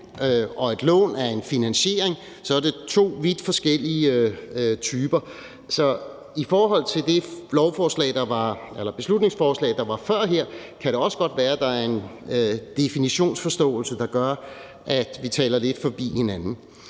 og et lån er en finansiering, er det to vidt forskellige typer. Så i forhold til det beslutningsforslag, som vi behandlede før, kan det også godt være, at der er en definitionsforståelse, der gør, at vi taler lidt forbi hinanden.